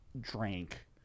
drank